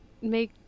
make